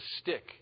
stick